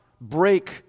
break